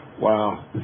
Wow